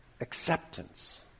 acceptance